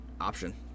option